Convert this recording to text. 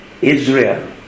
Israel